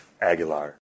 Aguilar